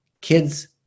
kids